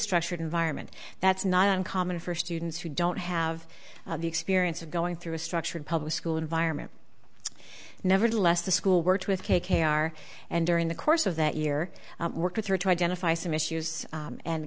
structured environment that's not uncommon for students who don't have the experience of going through a structured public school environment nevertheless the school worked with k k r and during the course of that year work with her to identify some issues